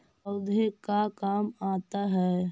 पौधे का काम आता है?